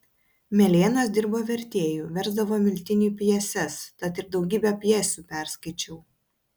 melėnas dirbo vertėju versdavo miltiniui pjeses tad ir daugybę pjesių perskaičiau